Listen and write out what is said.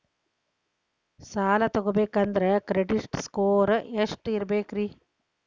ಸಾಲ ತಗೋಬೇಕಂದ್ರ credit score ಎಷ್ಟ ಇರಬೇಕ್ರಿ?